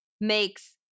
makes